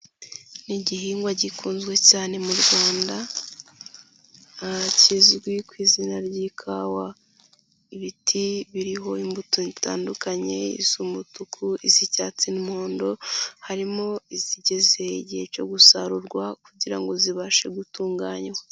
Ni igihingwa gikunzwe cyane mu Rwanda kizwi ku izina ry'ikawa, ibiti biriho imbuto zitandukanye iz'umutuku, iz'icyatsi n'umuhondo, harimo izigeze igihe cyo gusarurwa kugira ngo zibashe gutunganywa.